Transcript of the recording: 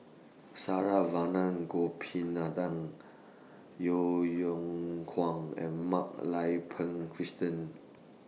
Saravanan Gopinathan Yeo Kwang and Mak Lai Peng Christine